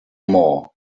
more